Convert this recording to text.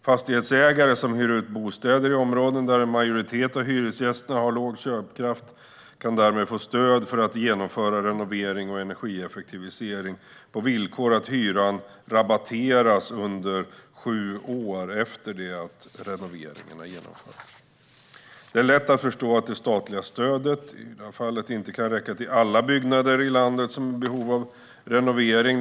Fastighetsägare som hyr ut bostäder i områden där en majoritet av hyresgästerna har låg köpkraft kan därmed få stöd för att genomföra renovering och energieffektivisering, på villkor att hyran rabatteras under sju år efter det att renoveringen har genomförts. Det är lätt att förstå att det statliga stödet inte kan räcka till alla byggnader i landet som är i behov av renovering.